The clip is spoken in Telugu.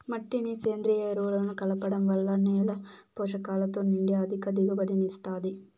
మట్టికి సేంద్రీయ ఎరువులను కలపడం వల్ల నేల పోషకాలతో నిండి అధిక దిగుబడిని ఇస్తాది